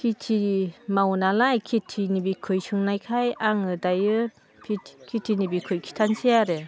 खेथि मावो नालाय खेथिनि बिखय सोंनायखाय आङो दायो खेथिनि बिखय खिथानोसै आरो